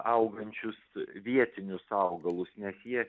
augančius vietinius augalus nes jie